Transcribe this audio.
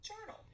Journal